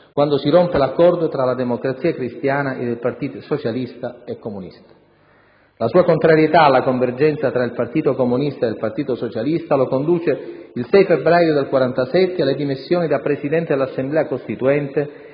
quando si rompe l'accordo tra la Democrazia cristiana ed i Partiti socialista e comunista. La sua contrarietà alla convergenza tra il Partito comunista ed il Partito socialista lo conduce, il 6 febbraio 1947, alle dimissioni da Presidente dell'Assemblea Costituente